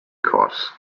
courts